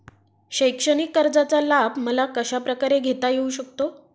शैक्षणिक कर्जाचा लाभ मला कशाप्रकारे घेता येऊ शकतो?